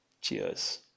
cheers